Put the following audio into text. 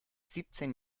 siebzehn